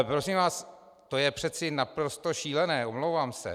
Prosím vás, to je přeci naprosto šílené, omlouvám se.